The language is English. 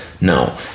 No